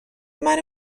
منو